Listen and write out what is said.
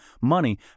money